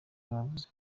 bavuze